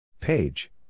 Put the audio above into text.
Page